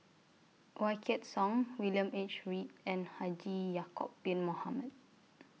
Wykidd Song William H Read and Haji Ya'Acob Bin Mohamed